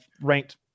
ranked